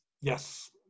Yes